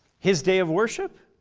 his day of worship?